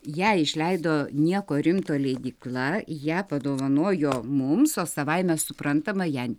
ją išleido nieko rimto leidykla ją padovanojo mums o savaime suprantama ją